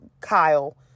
Kyle